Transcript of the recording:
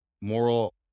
moral